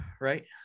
right